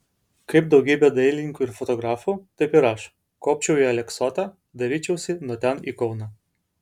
kaip daugybė dailininkų ir fotografų taip ir aš kopčiau į aleksotą dairyčiausi nuo ten į kauną